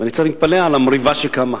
ואני קצת מתפלא על המריבה שקמה.